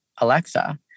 Alexa